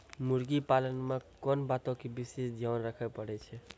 मुर्गी पालन मे कोंन बातो के विशेष ध्यान रखे पड़ै छै?